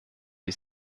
ist